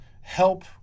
help